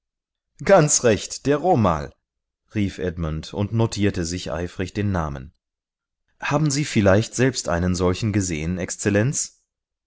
ganz recht der romal rief edmund und notierte sich eifrig den namen haben sie vielleicht selbst einen solchen gesehen exzellenz